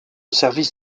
service